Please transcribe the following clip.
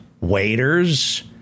waiters